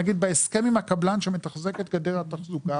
בהסכם עם הקבלן שמתחזק את גדר התחזוקה